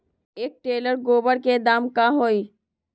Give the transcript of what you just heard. एक टेलर गोबर के दाम का होई?